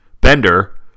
Bender